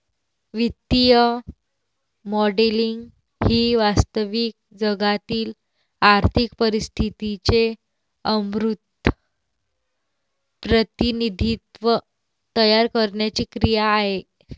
वित्तीय मॉडेलिंग ही वास्तविक जगातील आर्थिक परिस्थितीचे अमूर्त प्रतिनिधित्व तयार करण्याची क्रिया आहे